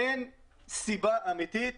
אין סיבה אמיתית